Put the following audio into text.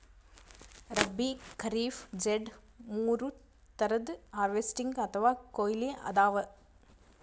ರಬ್ಬೀ, ಖರೀಫ್, ಝೆಡ್ ಮೂರ್ ಥರದ್ ಹಾರ್ವೆಸ್ಟಿಂಗ್ ಅಥವಾ ಕೊಯ್ಲಿ ಅದಾವ